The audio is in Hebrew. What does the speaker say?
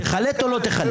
תחלט או לא תחלט?